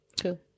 Cool